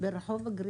ברחוב אגריפס.